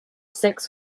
six